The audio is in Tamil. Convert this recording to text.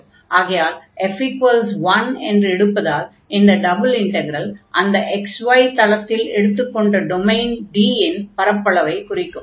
ஆகையால் f1 என்று எடுப்பதால் இந்த டபுள் இன்டக்ரல் அந்த xy தளத்தில் எடுத்துக்கொண்ட டொமைன் D இன் பரப்பளவைக் குறிக்கும்